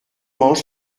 mange